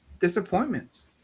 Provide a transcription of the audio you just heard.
disappointments